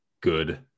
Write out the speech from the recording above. good